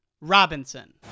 Robinson